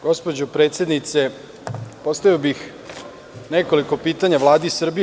Gospođo predsednice, postavio bih nekoliko pitanja Vladi Srbije.